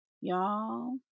Y'all